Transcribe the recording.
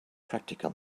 practical